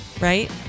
right